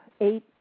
eight